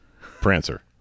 Prancer